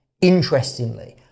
Interestingly